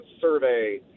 survey